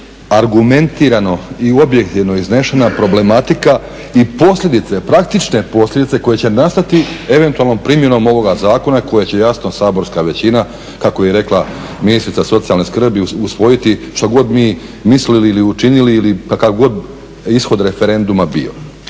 argumentirano i uobjektivno iznesena problematika i posljedice, praktične posljedice koje će nastati eventualnom primjenom ovoga zakona koje će jasno saborska većina kako je i rekla ministrica socijalne skrbi usvojiti što god mi mislili ili učinili ili kako god ishod referenduma bio.